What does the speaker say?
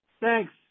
Thanks